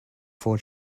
four